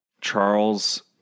Charles